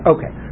Okay